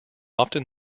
often